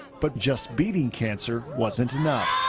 but just beating cancer wasn't enough.